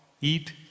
eat